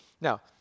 Now